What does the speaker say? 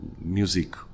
music